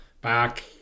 back